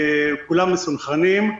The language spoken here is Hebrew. כולם מסונכרנים,